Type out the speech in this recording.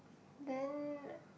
then